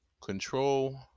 control